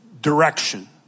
direction